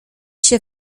się